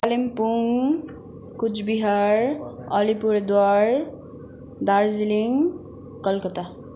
Kalimpong Coochbehar Alipurduar Darjeeling Calcutta